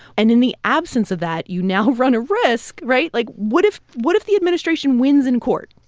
and in the absence of that, you now run a risk, right? like, what if what if the administration wins in court?